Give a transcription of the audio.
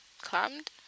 climbed